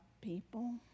people